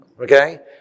Okay